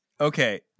Okay